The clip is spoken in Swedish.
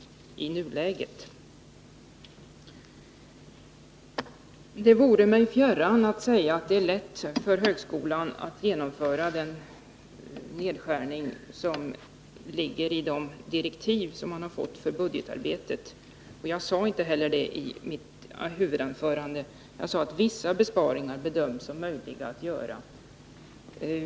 Det vare mig fjärran att säga att det är lätt för högskolan att genomföra de besparingar som anges i direktiven för petitaarbetet. Jag sade inte heller något sådant i mitt huvudanförande utan framhöll där bara att vissa besparingar bedöms vara möjliga att göra.